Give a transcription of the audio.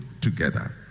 together